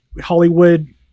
Hollywood